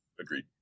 Agreed